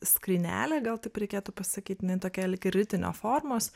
skrynelė gal taip reikėtų pasakyt jinai tokia lyg ir ritinio formos